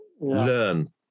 learn